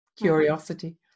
Curiosity